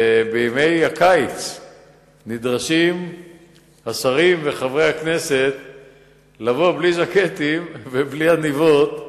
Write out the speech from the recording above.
בימי הקיץ נדרשים השרים וחברי הפרלמנט לבוא בלי ז'קטים ובלי עניבות,